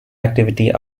activity